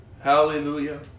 Hallelujah